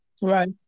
Right